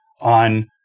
on –